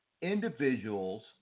individuals